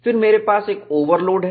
फिर मेरे पास एक ओवरलोड है